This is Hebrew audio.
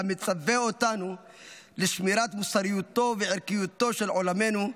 מצווה אותנו לשמירת מוסריותו וערכיותו של עולמנו,